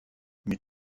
mais